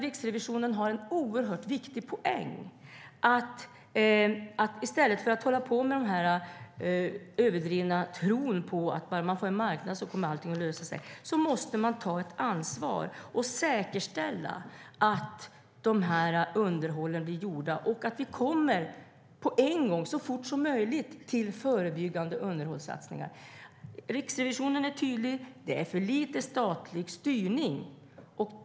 Riksrevisionen har en oerhört viktig poäng att i stället för att hålla på den överdrivna tron på att allt ska lösas på en marknad måste man ta ansvar och säkerställa att underhållet blir gjort och att vi så fort som möjligt kommer till förebyggande underhållssatsningar. Riksrevisionen är tydlig med att det är för lite statlig styrning.